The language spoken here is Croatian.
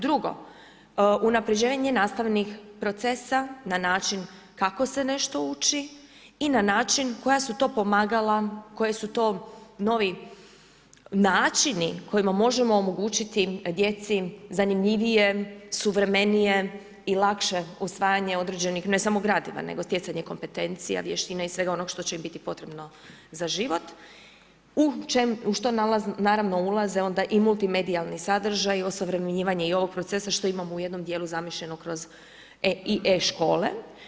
Drugo, unaprjeđenje nastavnih procesa na način kako se nešto uči i na način koja su to pomagala, koji su to novi načini kojima možemo omogućiti djeci zanimljivije, suvremenije i lakše usvajanje određenih ne samo gradiva nego stjecanje kompetencija, vještina i svega onog što će im biti potrebno za život u što naravno ulaze onda i multimedijalni sadržaji, osuvremenjivanje i ovog procesa što imamo u jednom djelu zamišljeno kroz i e-škole.